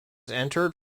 entered